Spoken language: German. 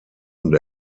und